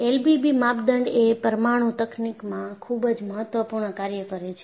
LBB માપદંડ એ પરમાણું તકનીકમાં ખૂબ જ મહત્વપૂર્ણ કાર્ય કરે છે